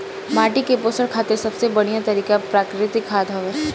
माटी के पोषण खातिर सबसे बढ़िया तरिका प्राकृतिक खाद हवे